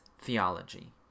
theology